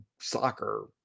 soccer